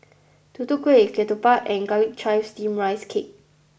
Tutu Kueh Ketupat and Garlic Chives Steamed Rice Cake